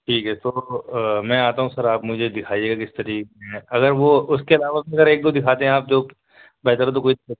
ٹھیک ہے تو میں آتا ہوں سر آپ مجھے دکھائیے گا کس طرح اگر وہ اس کے علاوہ بھی اگر ایک دو دکھا دیں آپ جو بہتر ہو تو کوئی